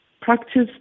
practice